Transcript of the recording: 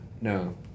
No